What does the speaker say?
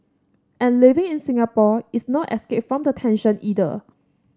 and living in Singapore is no escape from the tension either